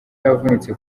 yavunitse